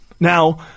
Now